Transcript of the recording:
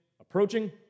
approaching